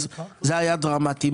אז זה היה דרמטי.